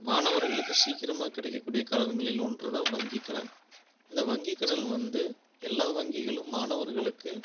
மாணவர்களுக்கு சீக்கிரமாக கிடைக்க கூடிய கடன்களில் ஒன்றுதான் வங்கி கடன் இந்த வங்கி கடன் வந்து எல்லா வங்கிகளும் மாணவர்களுக்கு